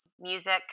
Music